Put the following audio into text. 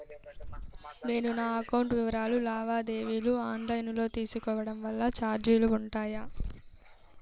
నేను నా అకౌంట్ వివరాలు లావాదేవీలు ఆన్ లైను లో తీసుకోవడం వల్ల చార్జీలు ఉంటాయా?